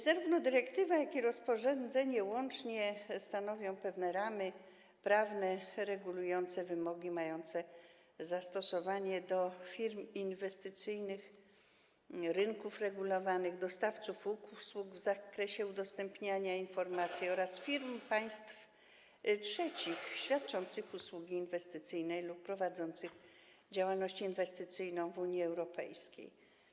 Zarówno dyrektywa, jak i rozporządzenie łącznie stanowią pewne ramy prawne regulujące wymogi mające zastosowanie do firm inwestycyjnych, rynków regulowanych, dostawców usług w zakresie udostępniania informacji oraz firm państw trzecich świadczących usługi inwestycyjne lub prowadzących działalność inwestycyjną w Unii Europejskiej.